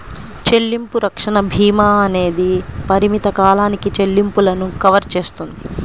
చెల్లింపు రక్షణ భీమా అనేది పరిమిత కాలానికి చెల్లింపులను కవర్ చేస్తుంది